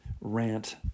rant